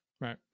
Right